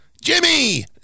Jimmy